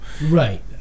Right